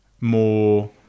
more